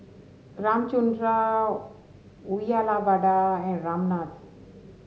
Ramchundra Uyyalawada and Ramnath